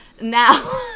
now